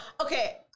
Okay